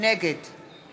נגד